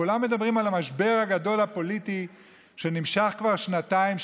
כולם מדברים על המשבר הגדול הפוליטי שנמשך כבר שנתיים,